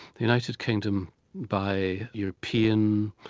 the united kingdom by european,